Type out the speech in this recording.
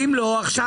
ואם לא, עכשיו כן.